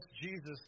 Jesus